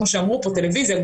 טלויזיה,